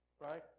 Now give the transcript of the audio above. Right